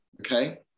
okay